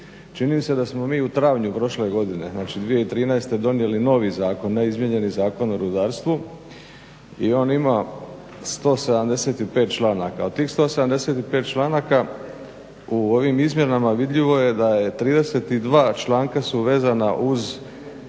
Čini se da smo mi u travnju prošle godine, znači 2013. donijeli novi zakon, neizmijenjeni Zakon o rudarstvu i on ima 175 članaka. Od tih 175 članaka u ovim izmjenama vidljivo je da su 32 članka vezana uz